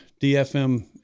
DFM